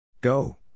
Go